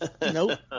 Nope